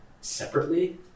separately